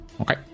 Okay